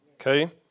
okay